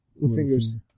fingers